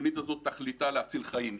התוכנית הזאת תכליתה להציל חיים,